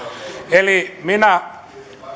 eli minä